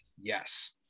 yes